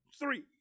three